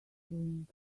doing